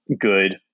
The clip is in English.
good